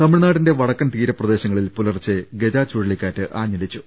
തമിഴ്നാടിന്റെ വടക്കൻ തീരപ്രദേശങ്ങളിൽ പുലർച്ചെ ഗജ ചുഴലിക്കാറ്റ് ആഞ്ഞടിച്ചു